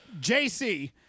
JC